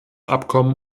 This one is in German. abkommen